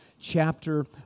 chapter